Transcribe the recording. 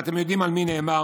ואתם יודעים על מי נאמר: